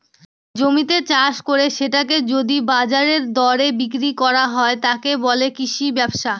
জমিতে চাষ করে সেটাকে যদি বাজারের দরে বিক্রি করা হয়, তাকে বলে কৃষি ব্যবসা